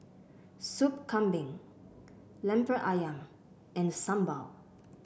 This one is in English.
Soup Kambing Lemper ayam and Sambal